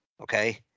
Okay